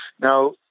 Now